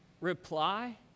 reply